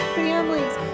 families